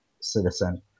citizen